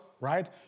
right